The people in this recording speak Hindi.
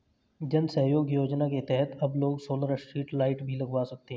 जन सहयोग योजना के तहत अब लोग सोलर स्ट्रीट लाइट भी लगवा सकते हैं